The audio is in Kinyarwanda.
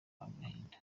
agahinda